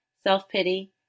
self-pity